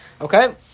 Okay